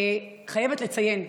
אני חייבת לציין,